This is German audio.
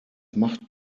macht